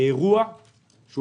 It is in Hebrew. כל זה באירוע דרמטי.